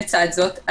לצד זאת,